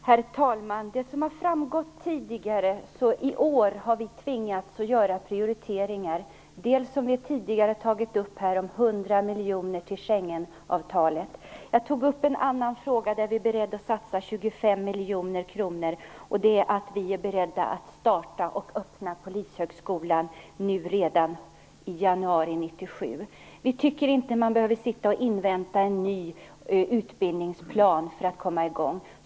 Herr talman! Som har framgått tidigare har vi i år tvingats att göra prioriteringar. Som vi tidigare har tagit upp här handlar det bl.a. om 100 miljoner till Schengenavtalet. Jag tog också upp en annan fråga, nämligen att vi är beredda att satsa 25 miljoner kronor för att starta och öppna Polishögskolan redan i januari 1997. Vi tycker inte att man behöver invänta en ny utbildningsplan för att komma igång.